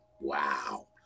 wow